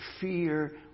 fear